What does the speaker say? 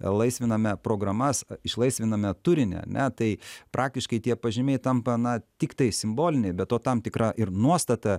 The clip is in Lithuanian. laisviname programas išlaisviname turinį ar ne tai praktiškai tie pažymiai tampa na tiktai simboliniai be to tam tikra ir nuostata